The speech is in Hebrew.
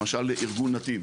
למשל ארגון נתיב,